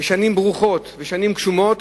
לשנים ברוכות, לשנים גשומות,